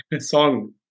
Song